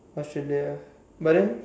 Australia but then